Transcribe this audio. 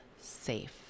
safe